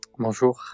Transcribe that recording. Bonjour